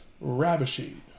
ravishing